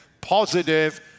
positive